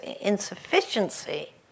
insufficiency